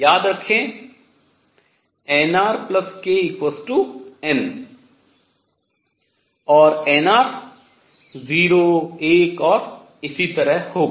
याद रखें nrkn और nr 0 1 और इसी तरह होगा